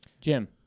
Jim